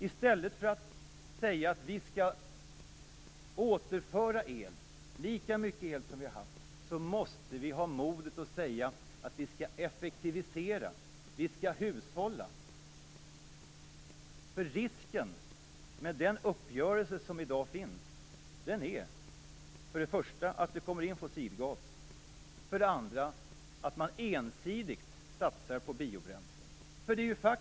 I stället för att säga att vi skall återföra lika mycket el som vi förlorar måste vi ha modet att säga att vi skall effektivisera och hushålla. Riskerna med den uppgörelse som i dag finns är för det första att det kommer in fossilgas. För det andra kommer man kanske ensidigt att satsa på biobränsle.